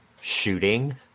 shooting